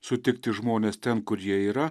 sutikti žmonės ten kurie yra